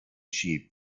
sheep